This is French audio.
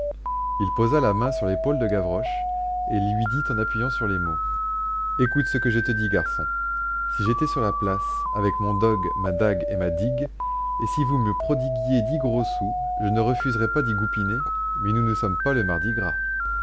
et lui dit en appuyant sur les mots écoute ce que je te dis garçon si j'étais sur la place avec mon dogue ma dague et ma digue et si vous me prodiguiez dix gros sous je ne refuserais pas d'y goupiner mais nous ne sommes pas le mardi gras